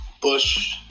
Bush